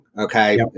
Okay